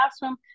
classroom